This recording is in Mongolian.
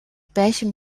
байшин